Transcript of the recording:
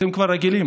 אתם כבר רגילים.